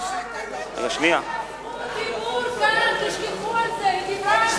חברת הכנסת זועבי, תשכחו מזה, היא דיברה,